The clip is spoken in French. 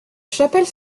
chapelle